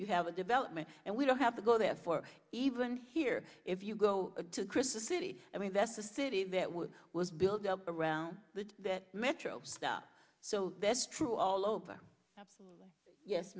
you have a development and we don't have to go there for even here if you go to chris the city i mean that's the city that was was built around that metro stuff so that's true all over absolutely yes